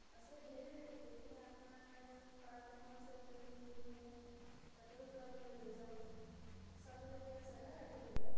আছে ঢেৰ এই পিনে আপোনাৰ পাৰ্ক এখন আছে তেলদিপুৰ এইপিনে তাতেও ফুৰাবলৈ লৈ যাওঁ চাবলগীয়া জেগা আৰু সেইবিলাক